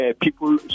people